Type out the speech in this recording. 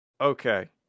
okay